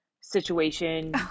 situation